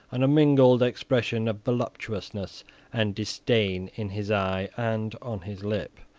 and a mingled expression of voluptuousness and disdain in his eye and on his lip,